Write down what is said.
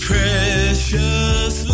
Precious